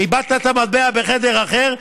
איבדת את המטבע בחדר אחר,